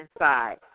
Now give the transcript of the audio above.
inside